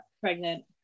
pregnant